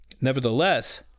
Nevertheless